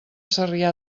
sarrià